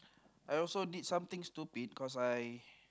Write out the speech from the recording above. I also did something stupid cause I